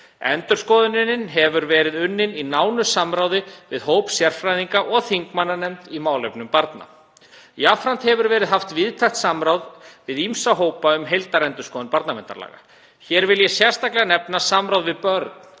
Endurskoðunin hefur verið unnin í nánu samráði við hóp sérfræðinga og þingmannanefnd í málefnum barna. Jafnframt hefur verið haft víðtækt samráð við ýmsa hópa um heildarendurskoðun barnaverndarlaga. Hér vil ég sérstaklega nefna samráð við börn